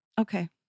Okay